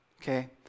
okay